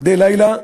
מוקדי לילה,